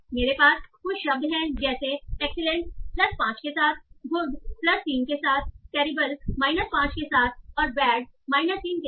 मेरे पास कुछ शब्द है जैसे एक्सीलेंट प्लस 5 के साथ गुड प्लस 3 के साथ टेरिबल माइनस 5 के साथ और बैड माइनस 3 के साथ